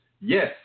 Yes